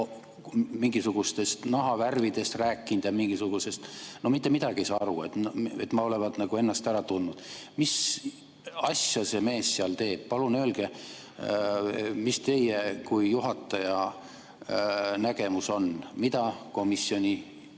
mingisugustest nahavärvidest rääkinud ja mingisugusest ... No mitte midagi ei saa aru! Ma olevat nagu ennast ära tundnud. Mis asja see mees seal teeb? Palun öelge, mis teie kui juhataja nägemus on! Mida komisjoni